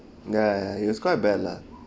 ya it was quite bad lah